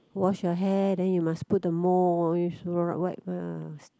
wash your hair then you must put the mould ah